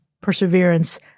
perseverance